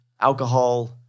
alcohol